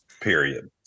Period